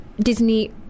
Disney